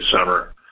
summer